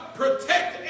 protect